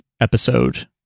episode